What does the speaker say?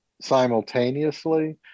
simultaneously